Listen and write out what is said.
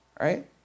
right